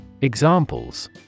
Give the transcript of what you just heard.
Examples